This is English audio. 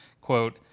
quote